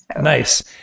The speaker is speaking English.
Nice